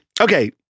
okay